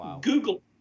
Google